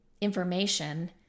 information